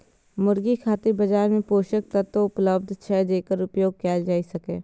मुर्गी खातिर बाजार मे पोषक तत्व उपलब्ध छै, जेकर उपयोग कैल जा सकैए